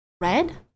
Red